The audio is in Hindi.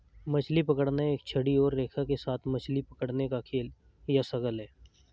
मछली पकड़ना एक छड़ी और रेखा के साथ मछली पकड़ने का खेल या शगल है